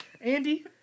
andy